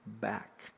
back